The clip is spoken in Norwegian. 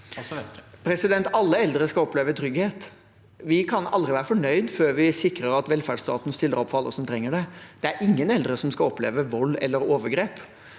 Alle eldre skal oppleve trygghet. Vi kan aldri være fornøyd før vi sikrer at velferdsstaten stiller opp for alle som trenger det. Ingen eldre skal oppleve vold eller overgrep